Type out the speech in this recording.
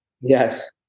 Yes